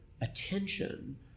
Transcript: attention